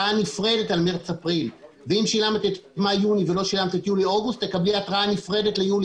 מה זאת אומרת?